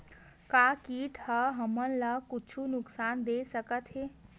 का कीट ह हमन ला कुछु नुकसान दे सकत हे?